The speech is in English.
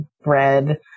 bread